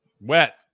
wet